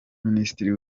minisitiri